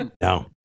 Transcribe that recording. No